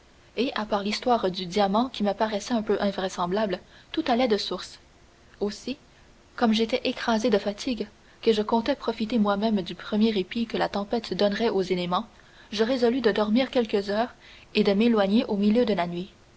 et à part l'histoire du diamant qui me paraissait un peu invraisemblable tout allait de source aussi comme j'étais écrasé de fatigue que je comptais profiter moi-même du premier répit que la tempête donnerait aux éléments je résolus de dormir quelques heures et de m'éloigner au milieu de la nuit